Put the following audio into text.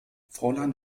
fräulein